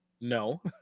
No